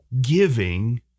giving